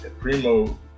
Primo